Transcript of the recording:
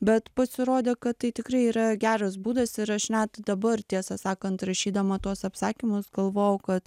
bet pasirodė kad tai tikrai yra geras būdas ir aš net dabar tiesą sakant rašydama tuos apsakymus galvojau kad